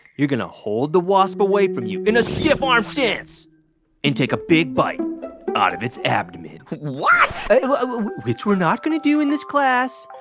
you're going to hold the wasp away from you in a stiff-arm stance and take a big bite out of its abdomen what? so which we're not going to do in this class,